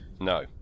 No